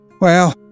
Well